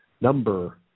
number